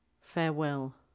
farewell